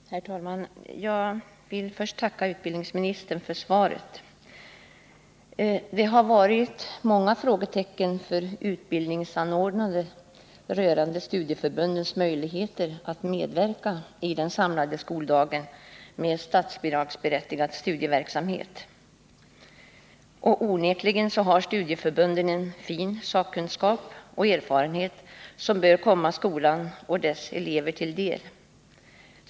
Herr talman! Jag vill först tacka utbildningsministern för svaret. Utbildningsanordnare har funnit att det finns många frågetecken kring studieförbundens möjligheter att medverka i den samlade skoldagen med statsbidragsberättigad studieverksamhet. Onekligen finns inom studieförbunden en värdefull sakkunskap och erfarenhet som bör komma skolan och dess elever till del.